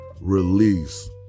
release